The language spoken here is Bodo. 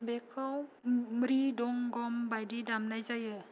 बेखौ मृदंगम बायदि दामनाय जायो